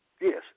Yes